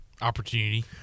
opportunity